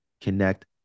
connect